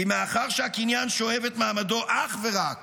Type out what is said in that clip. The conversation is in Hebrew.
כי מאחר שהקניין שואב את מעמדו אך ורק